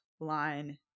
line